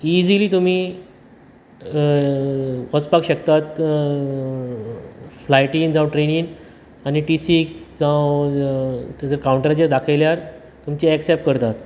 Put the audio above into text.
easily तुमी अं वचपाक शकतात अ फ्लायटीन जावं ट्रेनीन आनी टिसीक जावं अ थंयसर कांवन्टराचेर दाखयल्यार तुमची ऐक्सेप्ट करतात